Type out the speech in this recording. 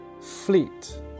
fleet